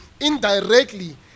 indirectly